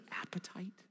appetite